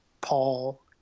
Paul